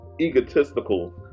egotistical